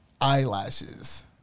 eyelashes